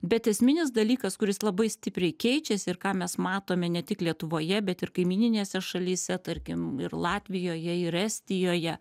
bet esminis dalykas kuris labai stipriai keičias ir ką mes matome ne tik lietuvoje bet ir kaimyninėse šalyse tarkim ir latvijoje ir estijoje